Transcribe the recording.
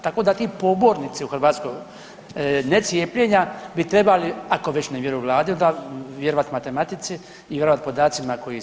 Tako da ti pobornici u Hrvatskoj necijepljenja bi trebali ako već ne vjeruju Vladi, onda vjerovati matematici i vjerovati podacima koji se objavljuju.